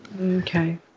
okay